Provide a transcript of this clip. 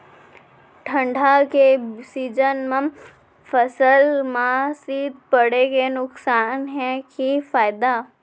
ठंडा के सीजन मा फसल मा शीत पड़े के नुकसान हे कि फायदा?